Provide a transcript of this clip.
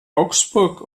augsburg